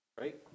Right